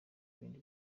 bindi